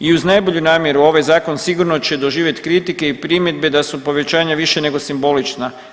I uz najbolju namjeru ovaj zakon sigurno će doživjeti kritike i primjedbe da su povećanja više nego simbolična.